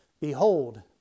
Behold